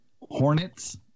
hornets